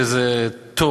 שזה טוב,